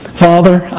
Father